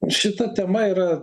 šita tema yra